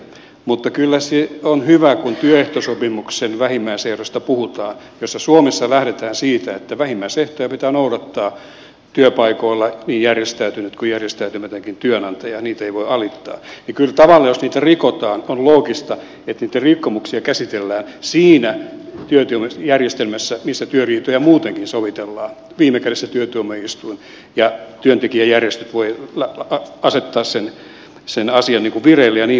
mutta kyllä se on hyvä kun työehtosopimuksen vähimmäisehdoista puhutaan ja suomessa lähdetään siitä että vähimmäisehtoja pitää noudattaa työpaikoilla niin järjestäytyneen kuin järjestäytymättömänkin työnantajan niitä ei voi alittaa niin kyllä tavallaan jos niitä rikotaan on loogista että niitä rikkomuksia käsitellään siinä järjestelmässä missä työriitoja muutenkin sovitellaan viime kädessä työtuomioistuimessa ja työntekijäjärjestöt voivat asettaa sen asian vireille ja niin poispäin